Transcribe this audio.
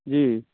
जी